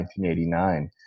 1989